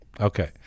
Okay